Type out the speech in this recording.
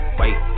wait